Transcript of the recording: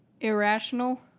Irrational